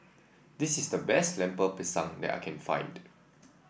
this is the best Lemper Pisang that I can find